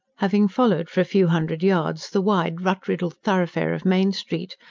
having followed for a few hundred yards the wide, rut-riddled thoroughfare of main street,